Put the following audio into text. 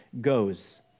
goes